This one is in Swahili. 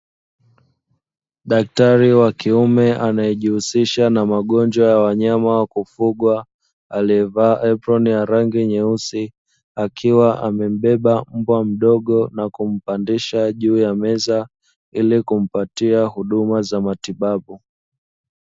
Daktari wa kiume anayejihusisha na magonjwa ya wanyama wa kufugwa aliyevaa eproni ya rangi nyeusi akiwa amembeba mbwa mdogo na kumpandisha juu ya meza ili kumpatia huduma za matibabu.